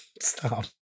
Stop